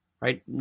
right